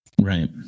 Right